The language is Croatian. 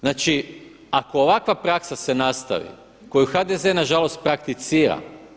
Znači ako ovakva praksa se nastavi koju HDZ nažalost prakticira.